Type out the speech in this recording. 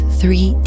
three